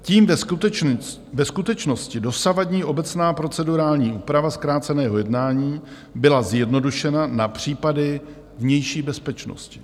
Tím ve skutečnosti dosavadní obecná procedurální úprava zkráceného jednání byla zjednodušena na případy vnější bezpečnosti.